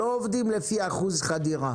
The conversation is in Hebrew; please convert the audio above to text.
לא עובדים לפי אחוז חדירה.